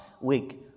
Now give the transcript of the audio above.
week